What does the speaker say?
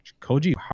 Koji